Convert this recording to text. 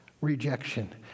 rejection